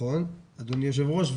נכון אדוני היושב ראש.